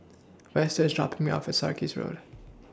Vester IS dropping Me off At Sarkies Road